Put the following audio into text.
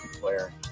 player